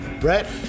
Brett